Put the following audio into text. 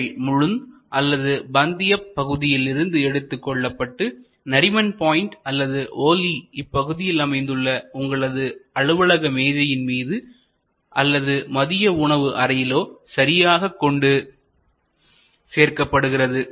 இவை முளுந்த் அல்லது பந்தியப் பகுதியிலிருந்து எடுத்துக்கொள்ளப்பட்டு நரிமன் பாயிண்ட் அல்லது ஒர்லி இப்பகுதியில் அமைந்துள்ள உங்களது அலுவலகமேஜையின் மீது அல்லது மதிய உணவு அறையிலோ சரியாக கொண்டு சேர்க்கப்படுகிறது